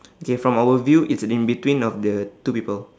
okay from our view it's in between of the two people